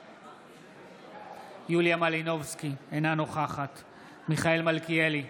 בעד יוליה מלינובסקי, אינה נוכחת מיכאל מלכיאלי,